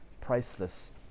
priceless